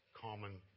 common